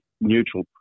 neutral